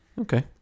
Okay